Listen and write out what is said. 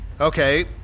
Okay